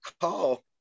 call